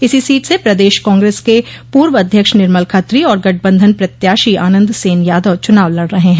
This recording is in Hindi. इसी सीट से प्रदेश कांग्रेस के पूर्व अध्यक्ष निर्मल खत्री और गठबंधन प्रत्याशी आनन्द सेन यादव चुनाव लड़ रहे हैं